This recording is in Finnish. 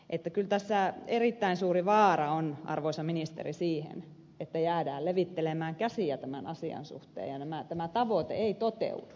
kyllä tässä erittäin suuri vaara on arvoisa ministeri että jäädään levittelemään käsiä tämän asian suhteen ja tämä tavoite ei toteudu